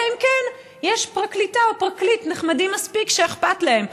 אלא אם כן יש פרקליטה או פרקליט נחמדים מספק שאכפת להם,